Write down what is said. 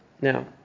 Now